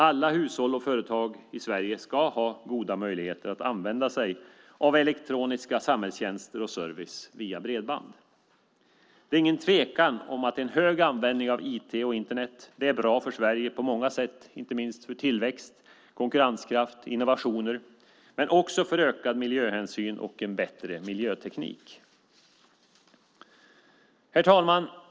Alla hushåll och företag i Sverige ska ha goda möjligheter att använda sig av elektroniska samhällstjänster och service via bredband. Det råder inget tvivel om att en hög användning av IT och Internet är bra för Sverige på många sätt, inte minst för tillväxt, konkurrenskraft och innovationer, och för ökad miljöhänsyn och en bättre miljöteknik. Herr talman!